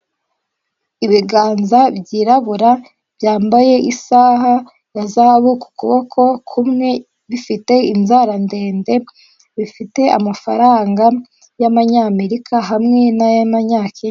Ibiganza byirabura byambaye isaha ya zahabu ku kuboko kumwe, bifite inzara ndende bifite amafaranga y'amanyamerika hamwe n'ay'amanyakenya.